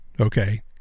okay